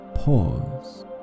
Pause